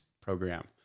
program